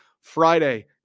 Friday